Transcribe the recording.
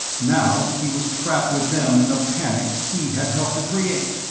now he was trapped with them in the panic he had helped to create.